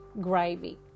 gravy